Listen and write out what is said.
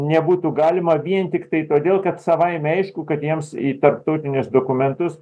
nebūtų galima vien tiktai todėl kad savaime aišku kad jiems į tarptautinius dokumentus